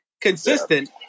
Consistent